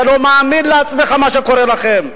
אתה לא מאמין לעצמך מה שקורה לכם.